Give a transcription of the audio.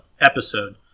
episode